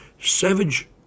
savage